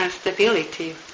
stability